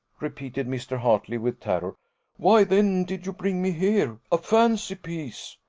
repeated mr. hartley, with terror why then did you bring me here a fancy piece!